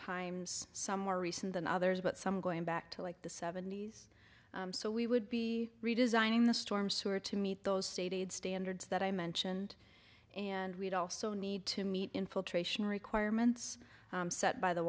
times some more recent than others but some going back to like the seventies so we would be redesigning the storm sewer to meet those stated standards that i mentioned and we'd also need to meet infiltration requirements set by the